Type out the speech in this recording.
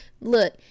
look